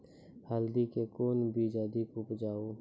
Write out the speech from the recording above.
हल्दी के कौन बीज अधिक उपजाऊ?